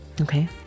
Okay